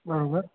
बराबरि